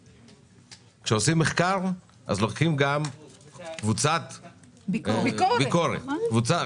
לוקחים גם קבוצת ביקורת.